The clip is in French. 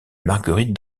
marguerite